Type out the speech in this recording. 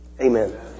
Amen